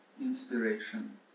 inspiration